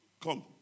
come